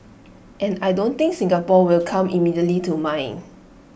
and I don't think Singapore will come immediately to mine